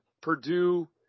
Purdue